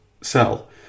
sell